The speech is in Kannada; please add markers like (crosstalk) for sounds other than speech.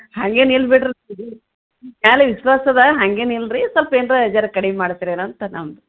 ಹಂಗೇನು ಇಲ್ಲ ಬಿಡಿರಿ (unintelligible) ವಿಶ್ವಾಸ ಅದ ಹಂಗೇನು ಇಲ್ಲ ರೀ ಸ್ವಲ್ಪ್ ಏನಾರ ಜರಾ ಕಡಿಮೆ ಮಾಡ್ತೀರೇನೋ ಅಂತ ನಮ್ದು